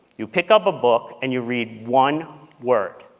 you pick up a book and you read one word.